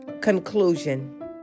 Conclusion